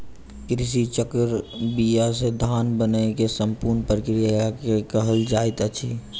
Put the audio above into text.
कृषि चक्र बीया से धान बनै के संपूर्ण प्रक्रिया के कहल जाइत अछि